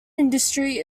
industry